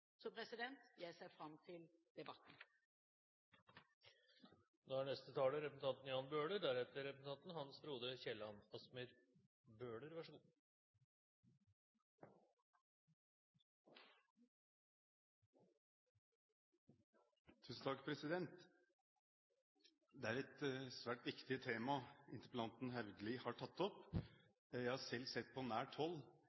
Så jeg ser fram til debatten. Det er et svært viktig tema interpellanten Haugli har tatt opp.